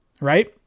right